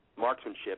marksmanship